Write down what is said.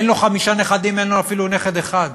אין לו חמישה נכדים, אין לו אפילו נכד אחד,